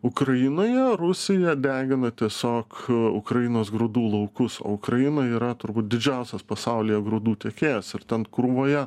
ukrainoje rusija degina tiesiog ukrainos grūdų laukus o ukraina yra turbūt didžiausias pasaulyje grūdų tiekėjas ir ten krūvoje